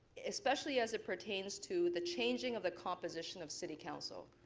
especially as it pertains to the changeing of the composition of city council?